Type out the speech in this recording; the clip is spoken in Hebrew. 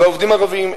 ועובדים ערבים אין,